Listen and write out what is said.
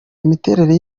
imiterere